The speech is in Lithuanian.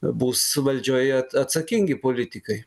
bus valdžioje atsakingi politikai